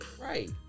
Right